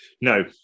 no